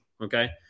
Okay